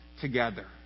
together